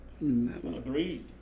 Agreed